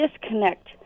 disconnect